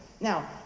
Now